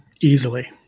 Easily